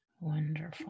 Wonderful